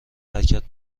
حرکت